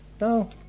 No